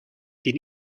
den